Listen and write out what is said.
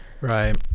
Right